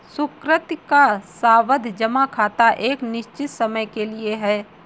सुकृति का सावधि जमा खाता एक निश्चित समय के लिए है